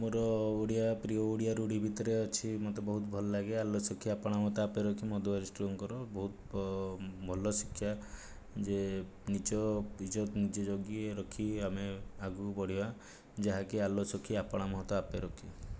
ମୋର ଓଡ଼ିଆ ପ୍ରିୟ ଓଡ଼ିଆ ରୂଢ଼ି ଭିତରେ ଅଛି ମତେ ବହୁତ ଭଲଲାଗେ ଆଲୋ ସଖୀ ଆପଣା ମହତ ଆପେ ରଖି ମଧୁ ବାରିଷ୍ଟରଙ୍କର ବହୁତ ଭଲ ଶିକ୍ଷା ଯେ ନିଜ ଇଜ୍ଜତ ନିଜେ ଜଗି ରଖି ଆମେ ଆଗକୁ ବଢ଼ିବା ଯାହାକି ଆଲୋ ସଖୀ ଆପଣା ମହତ ଆପେ ରଖି